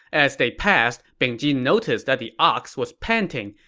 as they passed, bing ji noticed that the ox was panting,